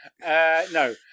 No